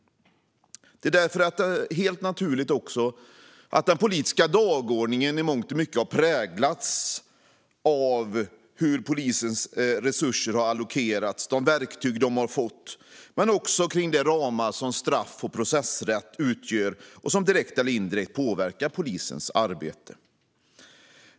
Det är därför helt naturligt att den politiska dagordningen i mångt och mycket har präglats av hur polisens resurser allokerats, de verktyg polisen har fått och de ramar som straff och processrätt utgör och som direkt eller indirekt påverkar polisens arbete.